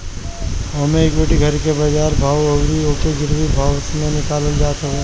होमे equity घर के बाजार भाव अउरी ओके गिरवी भाव से निकालल जात हवे